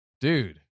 Dude